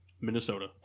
Minnesota